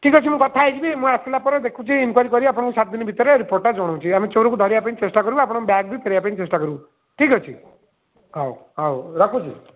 ଠିକ୍ ଅଛି ମୁଁ କଥା ହେଇଯିବି ମୁଁ ଆସିଲେ ପରେ ଦେଖୁଛି ଇନକ୍ଵାରି କରି ସାତଦିନ ଭିତରେ ରିପୋର୍ଟଟା ଜଣାଉଛି ଆମେ ଚୋରକୁ ଧରିବାପାଇଁ ଚେଷ୍ଟା କରିବୁ ଆଉ ଆପଣଙ୍କ ବ୍ୟାଗ୍ ବି ଫେରେଇବା ପାଇଁ ଚେଷ୍ଟା କରିବୁ ଠିକ୍ ଅଛି ହଉ ହଉ ରଖୁଛି